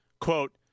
Quote